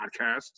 podcast